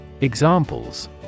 Examples